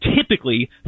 typically